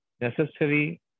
necessary